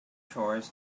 chores